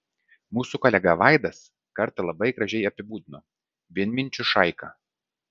mūsų kolega vaidas kartą labai gražiai apibūdino vienminčių šaika